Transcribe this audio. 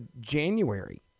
January